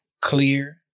clear